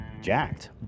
jacked